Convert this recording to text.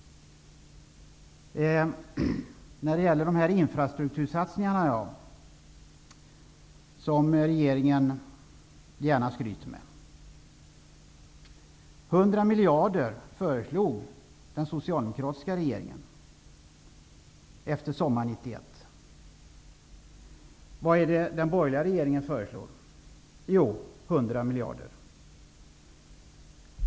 Regeringen skryter gärna med sina infrastruktursatsningar. Den socialdemokratiska regeringen föreslog 100 miljarder efter sommaren 1991. Vad föreslår den borgerliga regeringen? Jo, 100 miljarder.